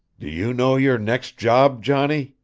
you know your next job, johnny?